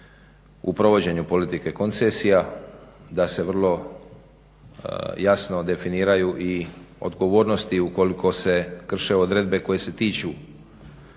u provođenju politike koncesija, da se vrlo jasno definiraju i odgovornosti ukoliko se krše odredbe koje se tiču